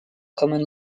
common